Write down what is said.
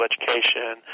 education